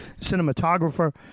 cinematographer